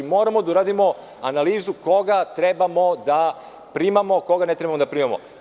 Moramo da uradimo analizu koga trebamo da primamo, koga ne treba da primamo.